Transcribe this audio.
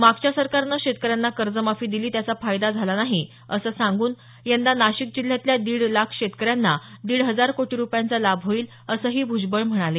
मागच्या सरकारनं शेतकऱ्यांना कर्जमाफी दिली त्याचा फायदा झाला नाही असं सांगून यंदा नाशिक जिल्ह्यातल्या दीड लाख शेतकऱ्यांना दीड हजार कोटी रुपयांचा लाभ होईल असंही भुजबळ म्हणाले